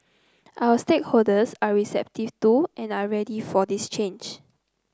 our stakeholders are receptive to and are ready for this change